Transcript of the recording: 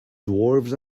dwarves